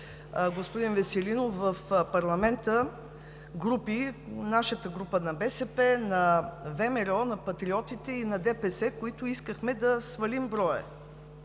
господин Веселинов, в парламента имаше групи – групата на БСП, на ВМРО, на Патриотите и на ДПС, които искахме да свалим броя.